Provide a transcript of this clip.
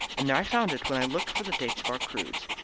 and there i found it when i looked for the dates of our cruise.